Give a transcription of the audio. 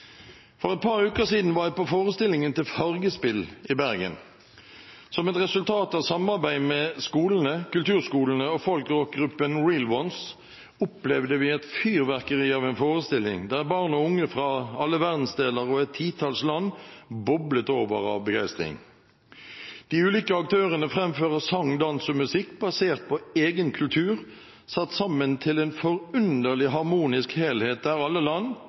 For et par uker siden var jeg på forestillingen til Fargespill i Bergen. Som et resultat av samarbeid med skolene, kulturskolene og folkrockgruppen Real Ones opplevde vi et fyrverkeri av en forestilling der barn og unge fra alle verdensdeler og et titalls land boblet over av begeistring. De ulike aktørene framførte sang, dans og musikk basert på egen kultur, satt sammen til en forunderlig harmonisk helhet der alle land,